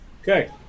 Okay